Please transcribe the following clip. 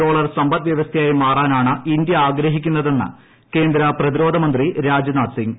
dollar സമ്പദ്വ്യവസ്ഥയായി മാറാനാണ് India ആഗ്രഹിക്കുന്നതെന്ന് കേന്ദ്ര പ്രതിരോധ മന്ത്രി രാജ്നാഥ് സിംഗ്